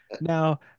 Now